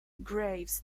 graves